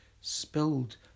spilled